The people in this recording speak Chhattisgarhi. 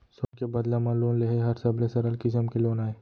सोन के बदला म लोन लेहे हर सबले सरल किसम के लोन अय